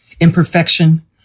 imperfection